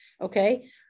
okay